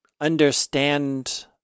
understand